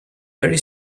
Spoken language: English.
very